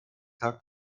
tag